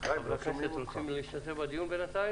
שתתייחס לדברים